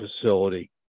facility